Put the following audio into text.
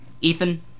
Ethan